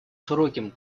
широким